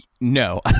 No